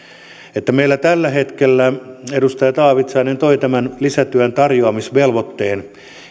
meillä on tällä hetkellä edustaja taavitsainen toi tämän lisätyön tarjoamisvelvoitteen